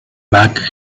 back